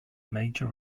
major